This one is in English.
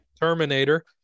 Terminator